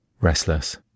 restless